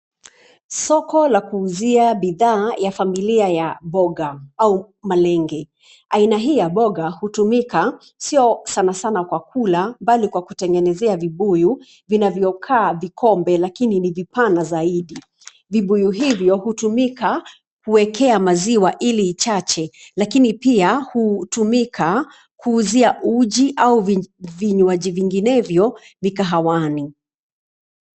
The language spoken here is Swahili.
Soko la kuuzia bidhaa ya familia ya boga au malenge. Aina hii ya mboga hutumika sio sana sana kwa kula, bali kwa kutengenezea vibuyu vinavyokaa vikombe lakini ni vipana zaidi. Vibuyu hivyo hutumika kuwekea maziwa ili ichache, lakini pia hutumika kuuzia uji au vinywaji vinginevyo mikahawani.